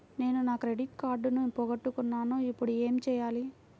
నేను నా క్రెడిట్ కార్డును పోగొట్టుకున్నాను ఇపుడు ఏం చేయాలి?